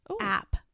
app